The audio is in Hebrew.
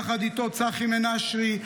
ויחד איתו צחי מנשרי,